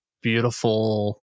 beautiful